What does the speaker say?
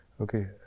okay